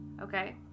Okay